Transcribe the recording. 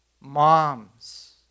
moms